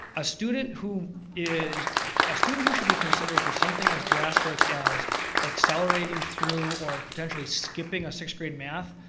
a student who is a student who should be considered for something as drastic as accelerating through or potentially skipping giving a sixth grade math,